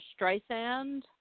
Streisand